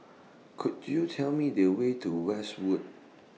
Could YOU Tell Me The Way to Westwood